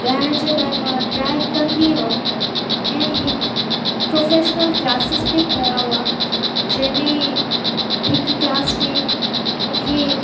ॻाएण जे लाइ मां ट्राय कंदी हुयमि ऐं हीअ प्रोफ़ेशनल क्लासिस बि कया हुआ जंहिंमें हिक क्लास में मूंखे